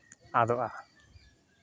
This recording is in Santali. ᱟᱫᱚᱜᱼᱟ